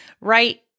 right